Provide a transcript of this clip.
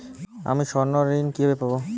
আমি স্বর্ণঋণ কিভাবে পাবো?